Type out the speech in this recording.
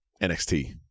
NXT